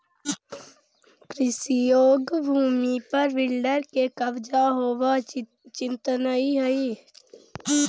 कृषियोग्य भूमि पर बिल्डर के कब्जा होवऽ चिंतनीय हई